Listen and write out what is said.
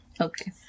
Okay